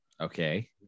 Okay